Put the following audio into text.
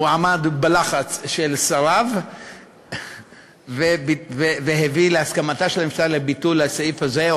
הוא עמד בלחץ של שריו והביא להסכמתה של הממשלה לבטל את הסעיף הזה,